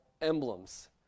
emblems